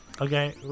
Okay